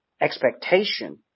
expectation